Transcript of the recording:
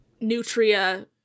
nutria